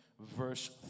verse